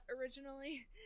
originally